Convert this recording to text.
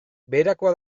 beherakoa